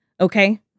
okay